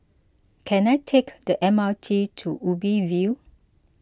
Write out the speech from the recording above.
can I take the M R T to Ubi View